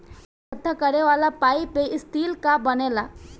दूध इकट्ठा करे वाला पाइप स्टील कअ बनेला